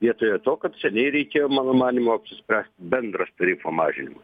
vietoje to kad seniai reikėjo mano manymu apsispręst bendro tarifo mažinimui